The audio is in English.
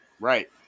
Right